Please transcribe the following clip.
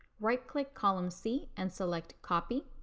right click column c and select copy.